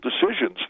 decisions